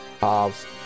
halves